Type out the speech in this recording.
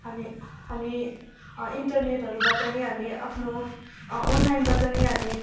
हामी हामी इन्टरनेटहरूबाट नै हामी आफ्नो अनलाइनबाट हामी